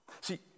See